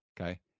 Okay